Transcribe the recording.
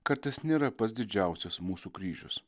kartais nėra pats didžiausias mūsų kryžius